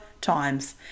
times